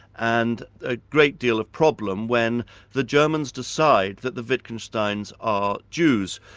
and a great deal of problem when the germans decide that the wittgensteins are jews.